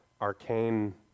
arcane